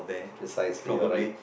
precisely you're right